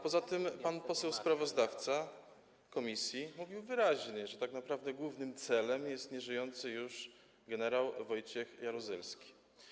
Poza tym pan poseł sprawozdawca komisji mówił wyraźnie, że tak naprawdę głównym celem jest nieżyjący już gen. Wojciech Jaruzelski.